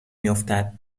میافتد